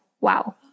wow